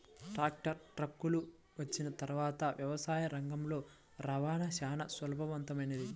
tractor, ట్రక్కులు వచ్చిన తర్వాత వ్యవసాయ రంగంలో రవాణా చాల సులభతరమైంది